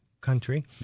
country